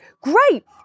great